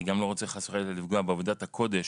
אני גם לא רוצה חס וחלילה לפגוע בעבודת הקודש